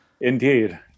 Indeed